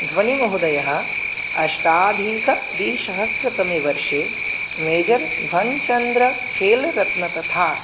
धोनीमहोदयः अष्टाधिकद्विसहस्रतमे वर्षे मेजर्ध्वन्चन्द्रखेल्रत्नं तथा